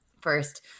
first